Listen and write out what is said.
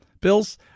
Bills